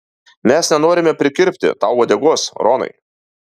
mes nenorime prikirpti tau uodegos ronai